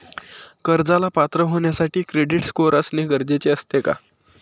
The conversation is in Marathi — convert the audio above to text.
कर्जाला पात्र होण्यासाठी क्रेडिट स्कोअर असणे गरजेचे असते का?